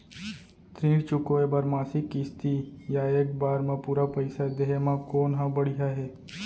ऋण चुकोय बर मासिक किस्ती या एक बार म पूरा पइसा देहे म कोन ह बढ़िया हे?